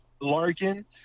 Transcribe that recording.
Larkin